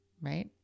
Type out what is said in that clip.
right